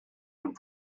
and